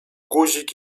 guzik